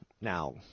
Now